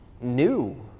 new